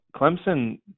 Clemson